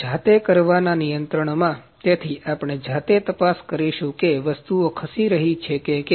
જાતે કરવાના નિયંત્રણમાં તેથી આપણે જાતે તપાસ કરીશું કે વસ્તુઓ ખસી રહી છે કે કેમ